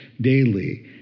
daily